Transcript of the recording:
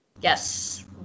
Yes